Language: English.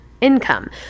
income